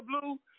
Blue